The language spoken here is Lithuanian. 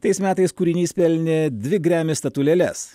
tais metais kūrinys pelnė dvi grammy statulėles